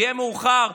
יהיה מאוחר,